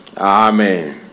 Amen